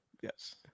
Yes